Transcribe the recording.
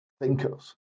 thinkers